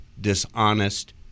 dishonest